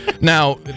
Now